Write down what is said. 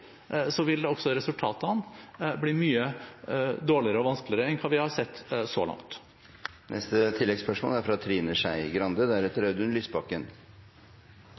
vil også resultatene bli mye dårligere og vanskeligere enn hva vi har sett så langt.